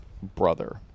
brother